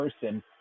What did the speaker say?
person